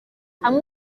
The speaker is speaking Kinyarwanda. hamwe